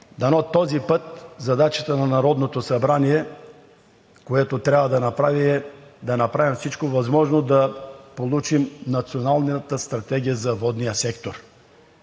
дано този път и задачата на Народното събрание е да направим всичко възможно да получим Националната стратегия за водния сектор.